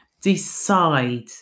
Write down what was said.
decide